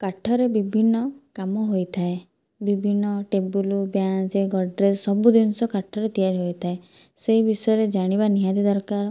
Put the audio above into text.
କାଠରେ ବିଭିନ୍ନ କାମ ହୋଇଥାଏ ବିଭିନ୍ନ ଟେବୁଲ ବ୍ୟାଞ୍ଚ ଗଡ଼ରେଜ ସବୁ ଜିନିଷ କାଠରେ ତିଆରି ହୋଇଥାଏ ସେହି ବିଷୟରେ ଜାଣିବା ନିହାତି ଦରକାର